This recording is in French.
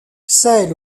celle